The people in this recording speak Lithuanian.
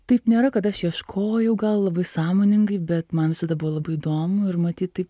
taip nėra kad aš ieškojau gal labai sąmoningai bet man visada buvo labai įdomu ir matyt taip